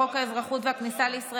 חבר הכנסת אלמוג כהן, אני קוראת אותך